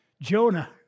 Jonah